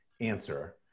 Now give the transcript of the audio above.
answer